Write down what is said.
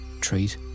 treat